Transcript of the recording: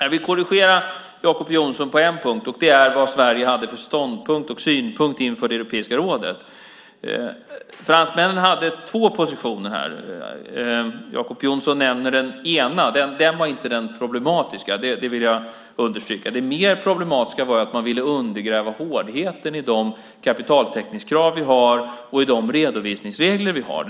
Jag vill korrigera Jacob Johnson på en punkt, nämligen vad Sverige hade för ståndpunkt och synpunkt inför Europeiska rådet. Fransmännen hade två positioner. Jacob Johnson nämner den ena, nämligen den som inte var den problematiska. Det vill jag understryka. Det mer problematiska var att man ville undergräva hårdheten i de kapitaltäckningskrav vi har och de redovisningsregler vi har.